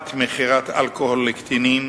תופעת מכירת אלכוהול לקטינים.